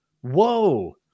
whoa